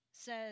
says